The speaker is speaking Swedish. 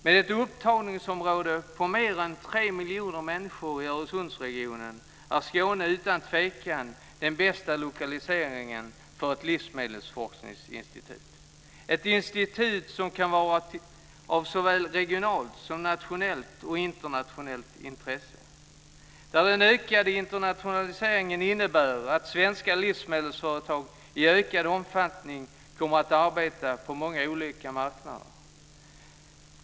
Med ett upptagningsområde om mer än tre miljoner människor i Öresundsregionen är Skåne utan tvekan den bästa lokaliseringen för ett livsmedelsforskningsinstitut - ett institut som kan vara av såväl regionalt som nationellt och internationellt intresse. Den ökade internationaliseringen innebär att svenska livsmedelsföretag i ökad omfattning kommer att arbeta på många olika marknader.